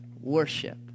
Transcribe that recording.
Worship